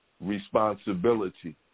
responsibility